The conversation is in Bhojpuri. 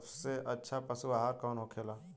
सबसे अच्छा पशु आहार कौन होखेला?